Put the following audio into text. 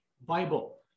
Bible